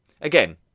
again